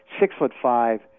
Six-foot-five